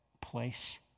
place